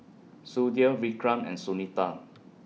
Sudhir Vikram and Sunita